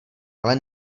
ale